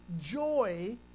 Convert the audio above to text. joy